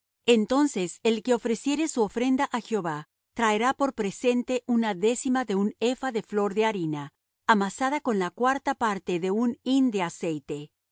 entonces el que ofreciere su ofrenda á jehová traerá por presente una décima de un epha de flor de harina amasada con la cuarta parte de un hin de aceite